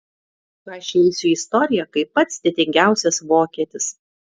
aš įeisiu į istoriją kaip pats didingiausias vokietis